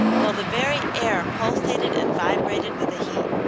while the very air pulsated and vibrated with the heat,